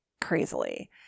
crazily